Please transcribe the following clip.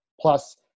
plus